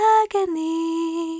agony